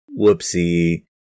Whoopsie